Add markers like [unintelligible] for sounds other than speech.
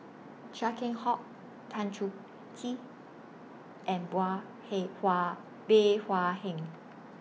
Chia Keng Hock Tan Chong Tee and [unintelligible] Hei Hua Bey Hua Heng